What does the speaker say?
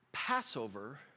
Passover